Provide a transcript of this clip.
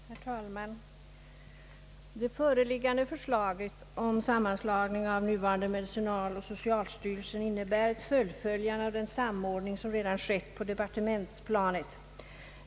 Herr talman! Det föreliggande förslaget om en sammanslagning av nuva rande medicinalstyrelse och socialstyrelse innebär ett fullföljande av den samordning som redan har skett på departementsplanet.